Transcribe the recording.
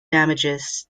damages